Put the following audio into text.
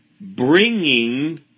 bringing